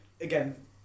again